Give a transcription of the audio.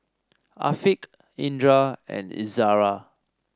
Afiq Indra and Izara